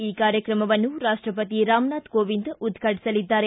ಈ ಕಾರ್ಯಕ್ರಮವನ್ನು ರಾಷ್ಟಪತಿ ರಾಮನಾಥ ಕೋವಿಂದ್ ಉದ್ಘಾಟಸಲಿದ್ದಾರೆ